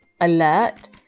alert